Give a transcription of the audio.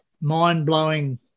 mind-blowing